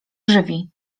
żywi